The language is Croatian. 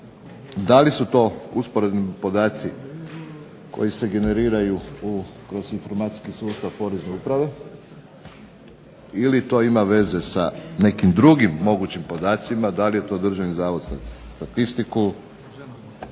da li su to usporedni podaci koji se generiraju kroz informacijski sustav Porezne uprave ili to ima veze sa nekim drugim mogućim podacima. Da li je to Državni zavod za statistiku,